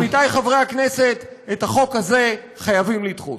עמיתי חברי הכנסת, את החוק הזה חייבים לדחות.